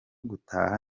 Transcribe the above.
gutaha